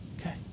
okay